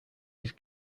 his